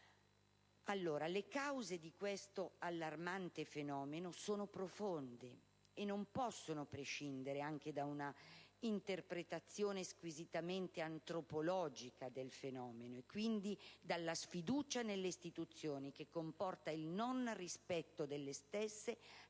Le cause di questo allarmante fenomeno sono profonde e non possono prescindere anche da un'interpretazione squisitamente antropologica del fenomeno e, quindi, dalla sfiducia nelle istituzioni, che comporta il non rispetto delle stesse